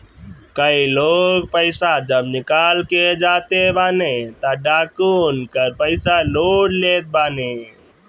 कई लोग पईसा जब निकाल के जाते बाने तअ डाकू उनकर पईसा लूट लेत बाने